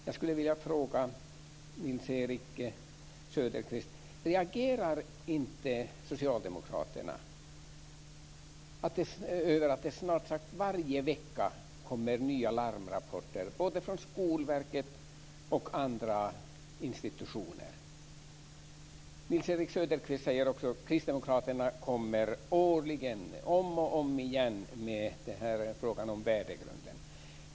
Jag skulle vilja fråga Nils-Erik Söderqvist: Reagerar inte socialdemokraterna över att det snart sagt varje vecka kommer nya larmrapporter både från Skolverket och från andra institutioner? Nils-Erik Söderqvist säger att kristdemokraterna kommer årligen, om och om igen, med frågan om värdegrunden.